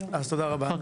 תודה רבה.